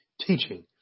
teaching